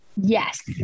Yes